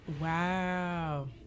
Wow